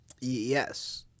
Yes